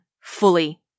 fully